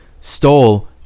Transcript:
stole